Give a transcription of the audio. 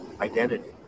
identity